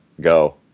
Go